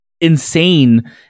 insane